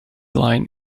line